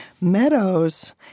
Meadows—